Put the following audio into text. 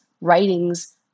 writings